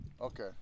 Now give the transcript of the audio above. Okay